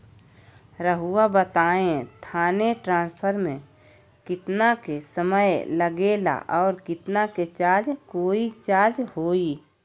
रहुआ बताएं थाने ट्रांसफर में कितना के समय लेगेला और कितना के चार्ज कोई चार्ज होई?